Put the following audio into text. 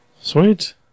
Sweet